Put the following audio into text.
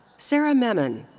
sarah memon.